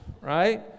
Right